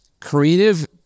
creative